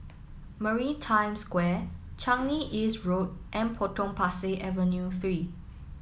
Maritime Square Changi East Road and Potong Pasir Avenue Three